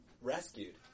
rescued